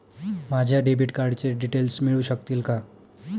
माझ्या डेबिट कार्डचे डिटेल्स मिळू शकतील का?